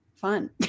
fun